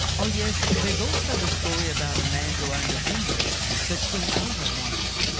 oh yes, there's also the story about a man who owned a vineyard that king ahab wanted.